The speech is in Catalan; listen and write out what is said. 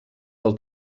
del